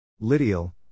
Lydial